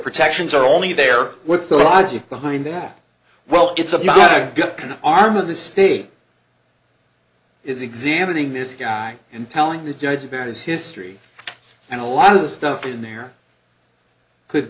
protections are only there what's the logic behind that well it's a good kind of arm of the state is examining this guy and telling the judge about his history and a lot of the stuff in there could